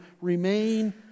remain